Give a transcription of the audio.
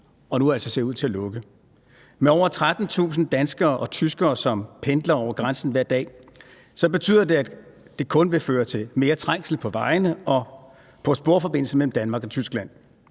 nu ser ud til at lukke. Med over 13.000 danskere og tyskere, som pendler over grænsen hver dag, betyder det, at det kun vil føre til mere trængsel på vejene og på sporforbindelsen mellem Danmark og Tyskland.